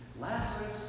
Lazarus